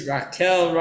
Raquel